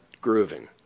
grooving